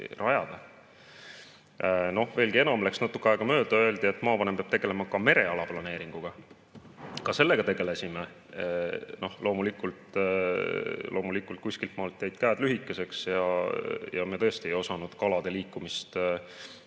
enam, läks natuke aega mööda, öeldi, et maavanem peab tegelema ka mereala planeeringuga. Ka sellega tegelesime. Loomulikult kuskilt maalt jäid käed lühikeseks ja me tõesti ei osanud kalade liikumist